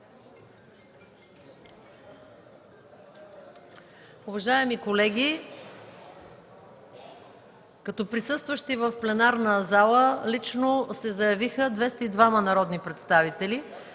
Уважаеми колеги, като присъстващи в пленарна зала лично се заявиха 182 народни представители.